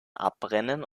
abbrennen